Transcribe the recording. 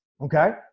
okay